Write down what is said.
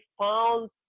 found